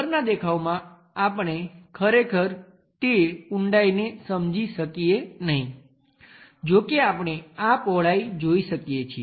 ઉપરનાં દેખાવમાં આપણે ખરેખર તે ઉંડાઈને સમજી શકીએ નહીં જો કે આપણે આ પહોળાઈ જોઈ શકીએ છીએ